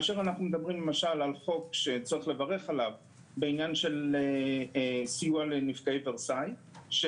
אנחנו מדברים על חוק שצריך לברך עליו בעניין של סיוע לנפגעי ורסאי,